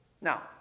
Now